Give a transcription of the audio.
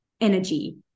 energy